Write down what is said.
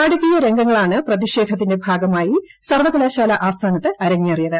നാടകീയ രംഗങ്ങളാണ് പ്രതിഷേധത്തിന്റെ ഭാഗമായി സർവ്വകലാശാല ആസ്ഥാനത്ത് അരങ്ങേറിയത്